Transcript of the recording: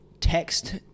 text